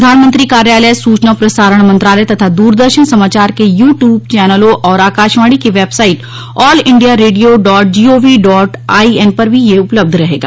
प्रधानमंत्री कार्यालय सूचना और प्रसारण मंत्रालय तथा दूरदर्शन समाचार के यू ट्यूब चैनलों और आकाशवाणी की website all India radio dot G O V dot I N पर भी यह उपलब्ध रहेगा